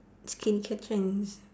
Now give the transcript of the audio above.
skincare trends